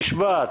כן, במשפט.